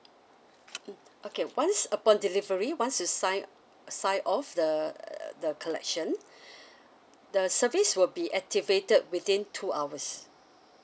mm okay once upon delivery once you sign sign off the the collection the service will be activated within two hours